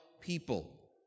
people